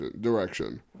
direction